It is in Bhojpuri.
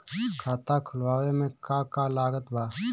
खाता खुलावे मे का का लागत बा?